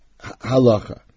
halacha